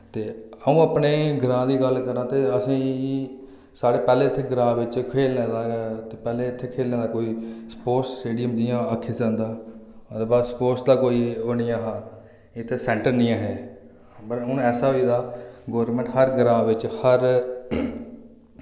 ते आऊं अपने ग्रां दी गल्ल करां ते असेईं साढ़े पैह्ले इत्थैं ग्रां विच खेलने दा ते पैह्ले इत्थें खेलने दा कोई स्पोर्ट्स स्टेडियम जि'यां आक्खी सकदा हां ते बस स्पोर्ट्स दा कोई ओह् नेईं ऐ हा इत्थें सैंटर नि ऐ हे पर हुन ऐसा होई दा गोरमैंट हर ग्रां बिच हर